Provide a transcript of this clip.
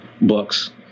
books